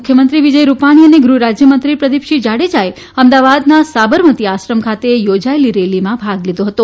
મુખ્યમંત્રી વિજય રૂપાણી અને ગૃહરાજથમંત્રી પ્રદિપસિંહ જાડેજાએ અમદાવાદના સાબરમતી આશ્રમ ખાતે યોજાયેલી રેલીમાં ભાગ લીધો હતો